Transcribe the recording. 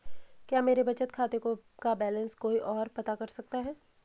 क्या मेरे बचत खाते का बैलेंस कोई ओर पता कर सकता है?